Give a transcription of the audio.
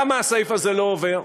למה הסעיף הזה לא עובר?